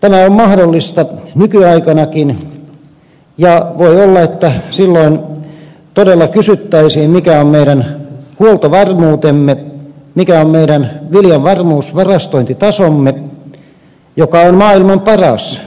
tämä on mahdollista nykyaikanakin ja voi olla että silloin todella kysyttäisiin mikä on meidän huoltovarmuutemme mikä on meidän viljan varmuusvarastointitasomme joka on muuten maailman paras